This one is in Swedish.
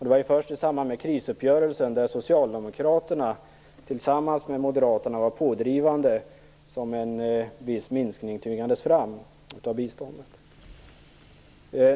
Det var först i samband med krisuppgörelsen, där Socialdemokraterna tillsammans med Moderaterna var pådrivande, som en viss minskning av biståndet tvingades fram.